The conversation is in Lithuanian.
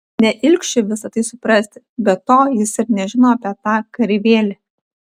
ne ilgšiui visa tai suprasti be to jis ir nežino apie tą kareivėlį